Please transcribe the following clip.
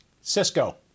Cisco